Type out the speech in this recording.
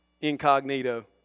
incognito